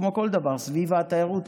כמו כל דבר סביב התיירות,